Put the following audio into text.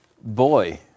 Boy